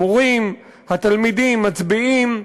המורים, התלמידים מצביעים,